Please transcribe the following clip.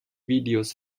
videos